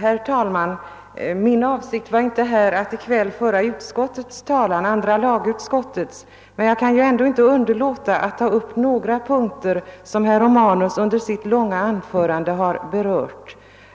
Herr talman! Det var inte min avsikt att i kväll föra andra lagutskottets talan, men jag kan inte underlåta att ta upp några punkter som herr Romanus under sitt långa anförande berörde.